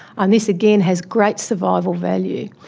and this, again, has great survival value.